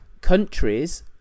countries